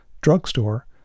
drugstore